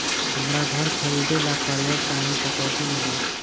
हमरा घर खरीदे ला कर्जा चाही त कैसे मिली?